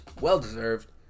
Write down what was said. Well-deserved